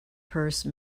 purse